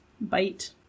bite